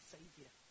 Savior